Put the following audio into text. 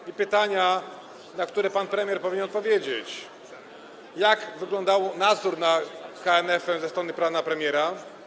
I pytania, na które pan premier powinien odpowiedzieć: Jak wyglądał nadzór nad KNF-em ze strony pana premiera?